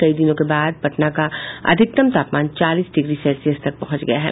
कई दिनों के बाद पटना का अधिकतम तापमान चालीस डिग्री सेल्सियस पर पहुंच गया है